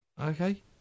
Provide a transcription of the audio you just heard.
Okay